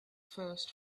first